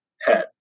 head